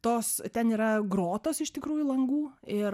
tos ten yra grotos iš tikrųjų langų ir